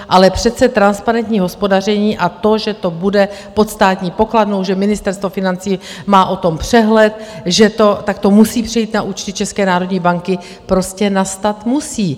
Ale přece transparentní hospodaření a to, že to bude pod státní pokladnou, že Ministerstvo financí má o tom přehled, že to takto musí přejít na účty České národní banky, prostě nastat musí.